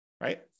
right